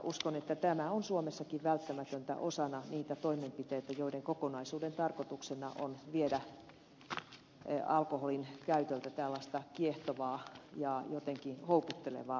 uskon että tämä on suomessakin välttämätöntä osana niitä toimenpiteitä joiden kokonaisuuden tarkoituksena on viedä alkoholin käytöltä tällaista kiehtovaa ja jotenkin houkuttelevaa luonnetta